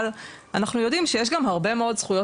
אבל אנחנו יודעים שיש גם הרבה מאוד זכויות